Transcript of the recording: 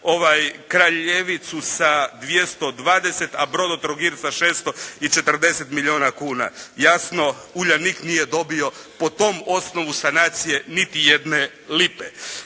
Kraljevicu sa 220, a Brodotrogir sa 640 milijuna kuna. Jasno Uljanik nije dobio po tom osnovu sanacije niti jedne lipe.